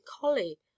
collie